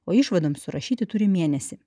o išvadoms surašyti turi mėnesį